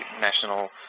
national